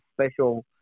special